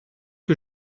que